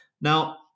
Now